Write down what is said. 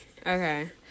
Okay